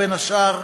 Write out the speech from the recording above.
בין השאר,